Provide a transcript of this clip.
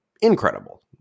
incredible